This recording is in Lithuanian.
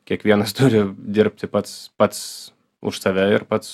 kiekvienas turi dirbti pats pats už save ir pats